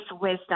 wisdom